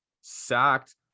sacked